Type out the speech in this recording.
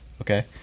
Okay